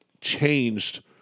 changed